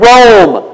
Rome